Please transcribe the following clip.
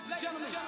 gentlemen